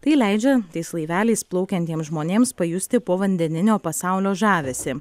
tai leidžia tais laiveliais plaukiantiem žmonėms pajusti povandeninio pasaulio žavesį